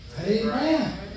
Amen